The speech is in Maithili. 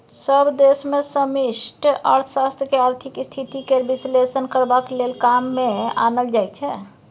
सभ देश मे समष्टि अर्थशास्त्र केँ आर्थिक स्थिति केर बिश्लेषण करबाक लेल काम मे आनल जाइ छै